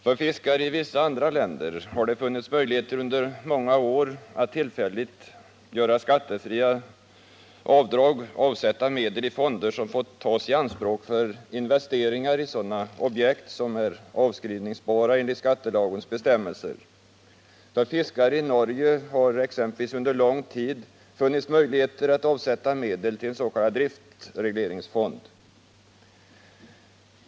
För fiskare i vissa andra länder har det under många år funnits möjligheter att tillfälligt göra skattefria avdrag, att avsätta medel i fonder som får tas i anspråk för investeringar i sådana objekt som är avskrivningsbara enligt skattelagens bestämmelser. För exempelvis fiskare i Norge har det under lång tid funnits möjligheter att avsätta medel till en s.k. driftregleringsfond.